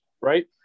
Right